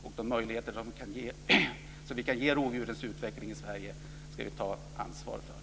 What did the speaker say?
Vi ska ta ansvar för att ge rovdjuren en möjlighet till utveckling i Sverige.